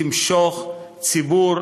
תמשוך ציבור,